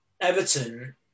Everton